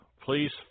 Please